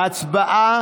ההצבעה